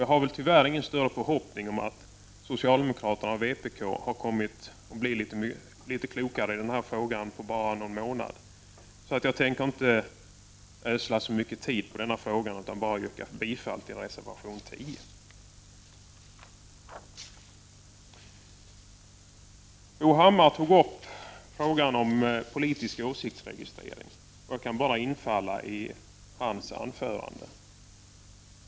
Jag har tyvärr ingen större förhoppning om att socialdemokraterna och vpk har blivit något klokare i den här frågan på bara någon månad. Jag tänker därför inte ödsla så mycket tid på denna fråga, utan jag vill bara yrka bifall till reservation 10. Bo Hammar tog upp frågan om politisk åsiktsregistrering. Jag kan bara instämma i hans anförande.